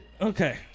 Okay